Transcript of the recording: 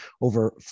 over